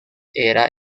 era